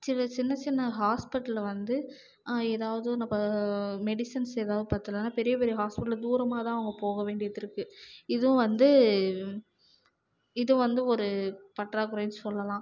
சிறு சின்ன சின்ன ஹாஸ்பிட்டலில் வந்து ஏதாவது ஒன்று ப மெடிசன்ஸ் ஏதாவது பற்றலன்னா பெரிய பெரிய ஹாஸ்பிட்டல் தூரமாக தான் அவங்க போக வேண்டியதுருக்கு இதுவும் வந்து இது வந்து ஒரு பற்றாக்குறைன்னு சொல்லலாம்